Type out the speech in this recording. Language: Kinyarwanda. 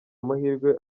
amahirwe